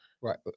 right